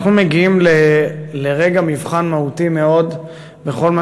אנחנו מגיעים לרגע מבחן מהותי מאוד בכל מה